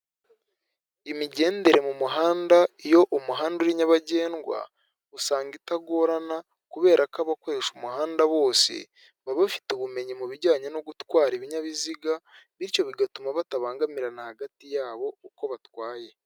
Imigendere mu muhanda iyo umuhanda uri nyabagendwa usanga itagorana kubera ko abakoresha umuhanda wose baba bafite ubumenyi mu bijyanye no gutwara ibinyabiziga bityo bigatuma batabangamirana hagati yabo uko batwaye.